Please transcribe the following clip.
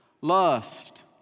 Lust